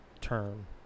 term